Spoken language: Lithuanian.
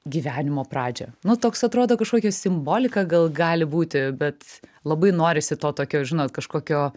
gyvenimo pradžią nu toks atrodo kažkokia simbolika gal gali būti bet labai norisi to tokio žinot kažkokio